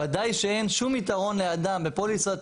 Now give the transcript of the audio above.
ודאי שאין שום יתרון לאדם בפוליסת